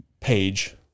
page